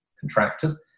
contractors